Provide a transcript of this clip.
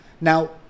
now